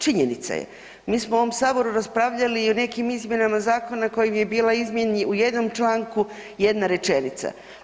Činjenica je, mi smo u ovom Saboru raspravljali o nekim izmjenama zakona kojim je bila izmjena u jednom članku jedna rečenica.